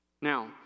Now